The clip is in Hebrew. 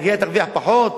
העירייה תרוויח פחות?